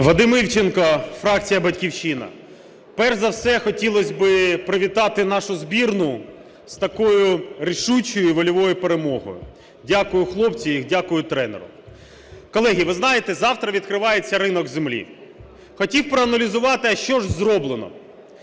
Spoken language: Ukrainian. Вадим Івченко, фракція "Батьківщина". Перш за все хотілось би привітати нашу збірну з такою рішучою і вольовою перемогою. Дякую, хлопці, і дякую тренеру. Колеги, ви знаєте, завтра відкривається ринок землі. Хотів проаналізувати, а що ж зроблено,